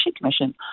Commission